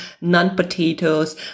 non-potatoes